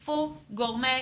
לשתף גורמי